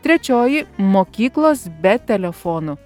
trečioji mokyklos be telefonų